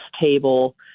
table